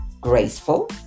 graceful